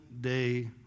day